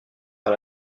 par